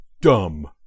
Dumb